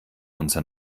unser